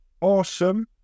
awesome